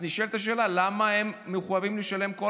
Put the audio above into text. נשאלת השאלה למה הם מחויבים לשלם כל